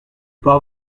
pas